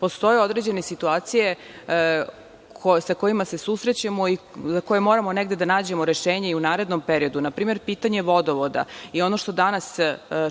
postoje određene situacije sa kojima se susrećemo i za koje moramo da nađemo rešenje i u narednom periodu. Na primer pitanje vodovoda, i ono što danas